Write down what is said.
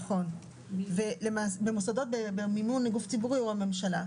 נכון, במוסדות במימון גוף ציבורי או הממשלה.